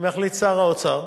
אם יחליט שר האוצר,